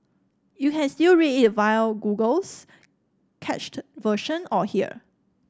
you can still read it via Google's cached version or here